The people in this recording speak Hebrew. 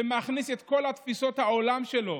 שמכניס את כל תפיסות העולם שלו